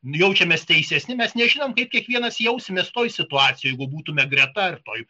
jaučiamės teisesni mes nežinom kaip kiekvienas jausimės toje situacijoj būtumėme greta toj